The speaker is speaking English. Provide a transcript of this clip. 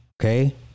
Okay